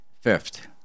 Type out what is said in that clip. Fifth